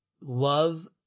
love